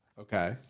Okay